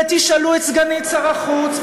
ותשאלו את סגנית שר החוץ,